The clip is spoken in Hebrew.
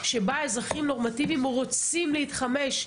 שבה אזרחים נורמטיביים רוצים להתחמש,